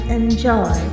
enjoy